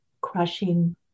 crushing